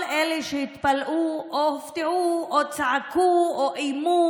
כל אלה שהתפלאו או הופתעו או צעקו או איימו,